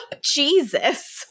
jesus